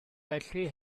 felly